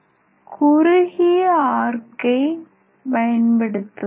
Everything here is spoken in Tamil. குறுகிய ஆர்க்கை பயன்படுத்துவதால்